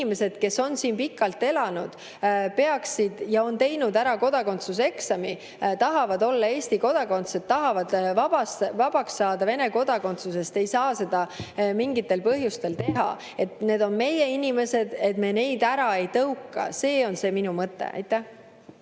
kes on siin pikalt elanud ja on teinud ära kodakondsuse eksami, tahavad olla Eesti kodanikud, tahavad vabaks saada Vene kodakondsusest, ei saa seda mingitel põhjustel teha, need on meie inimesed, me [ei tohi] neid ära tõugata. See on minu mõte.